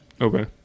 Okay